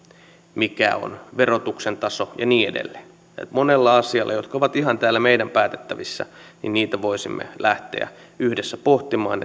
mikä on verotuksen taso ja niin edelleen monia asioita jotka ovat ihan täällä meidän päätettävissämme voisimme lähteä yhdessä pohtimaan